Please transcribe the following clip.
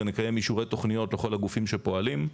ונקיים אישורי תוכניות לכל הגופים שפועלים.